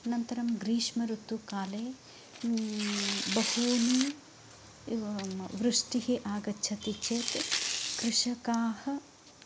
अनन्तरं ग्रीष्मऋतु काले बहूनि वृष्टिः आगच्छति चेत् कृषकाः